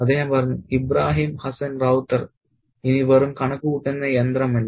അദ്ദേഹം പറയുന്നു "ഇബ്രാഹിം ഹസ്സൻ റൌത്തർ ഇനി വെറും കണക്കുകൂട്ടുന്ന യന്ത്രമല്ല